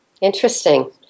Interesting